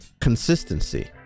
Consistency